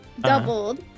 doubled